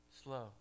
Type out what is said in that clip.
Slow